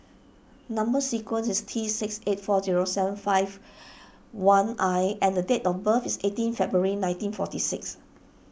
Number Sequence is T six eight four zero seven five one I and date of birth is eighteen February nineteen forty six